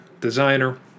designer